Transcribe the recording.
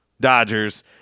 Dodgers